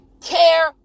care